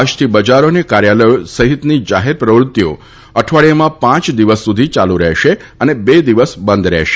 આજથી બજારો અને કાર્યાલયો સહિતની જાહેર પ્રવૃત્તિઓ અઠવાડીયામાં પાંચ દિવસ સુધી ચાલુ રહેશે અને બે દિવસ બંધ રહેશે